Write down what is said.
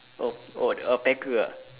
oh oh uh packer ah